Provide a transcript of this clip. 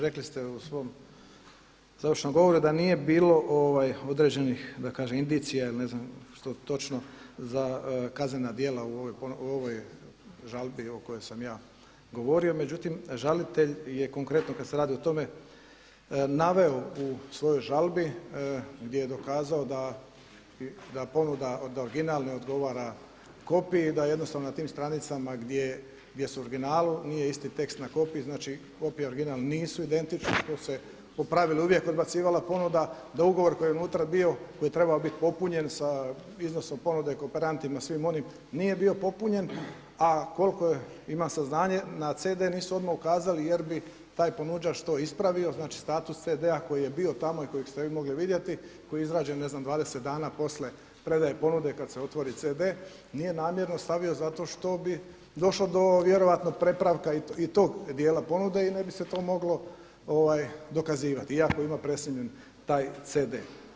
Rekli ste u svom završnom govoru da nije bilo određenih indicija ili ne znam što točno za kaznena djela u ovoj žalbi o kojoj sam ja govorio, međutim žalitelj je konkretno kada se radi o tome naveo u svojoj žalbi gdje je dokazao da ponuda da original ne odgovara kopiji i da jednostavno na tim stranicama gdje su u originalu nije isti tekst na kopiji, znači kopija i original nisu identični što se u pravilu uvijek odbacivala ponuda da ugovor koji je unutra bio koji treba biti popunjen sa iznosom ponude kooperantima svim onim nije bio popunjen, a koliko imam saznanje na CD nisu odmah ukazali jer bi taj ponuđač to ispravo, znači status CD-a koji je bio tamo i kojeg ste vi mogli vidjeti koji je izrađen ne znam 20 dana poslije predaje ponude kada se otvori CD nije namjerno stavio zato što bi došlo do vjerojatno prepravka i tog dijela ponude i ne bi se to moglo dokazivati, iako ima presnimljen taj CD.